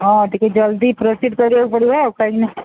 ହଁ ଟିକେ ଜଲଦି ପ୍ରୋସିଡ଼୍ କରିବାକୁ ପଡ଼ିବ ଆଉ କାହିଁକିନା